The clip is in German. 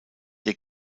der